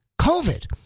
COVID